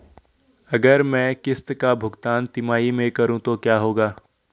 अगर मैं किश्त का भुगतान तिमाही में करूं तो क्या होगा?